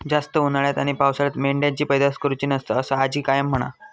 जास्त उन्हाळ्यात आणि पावसाळ्यात मेंढ्यांची पैदास करुची नसता, असा आजी कायम म्हणा